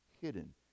hidden